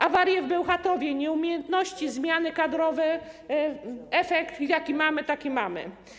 Awarie w Bełchatowie, nieumiejętności, zmiany kadrowe - efekt jaki mamy, taki mamy.